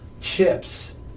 chips